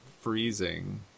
freezing